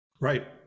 Right